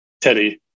Teddy